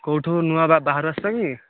କେଉଁଠୁ ନୂଆ ବାହାରୁ ଆସିଲ କି